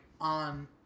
on